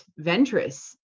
Ventress